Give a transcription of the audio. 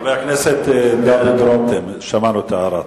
חבר הכנסת דוד רותם, שמענו את ההערה.